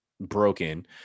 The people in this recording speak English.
broken